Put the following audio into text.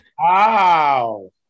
Wow